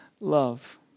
love